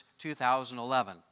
2011